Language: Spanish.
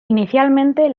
inicialmente